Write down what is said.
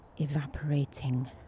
evaporating